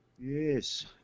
yes